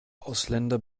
ausländer